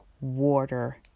water